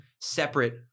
separate